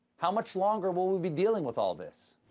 how much longer will we be dealing with all this?